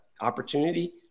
opportunity